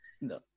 No